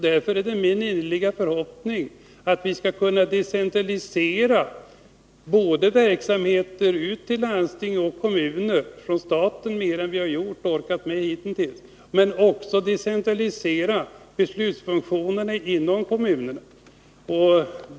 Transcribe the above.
Därför är det min innerliga förhoppning att vi mer än vad vi hitintills har orkat med skall kunna decentralisera både verksamheter från staten ut till landsting och kommuner och också beslutsfunktionerna inom kommunerna.